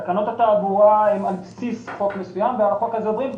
תקנות התעבורה הן על בסיס חוק מסוים ועל החוק הזה עוברים.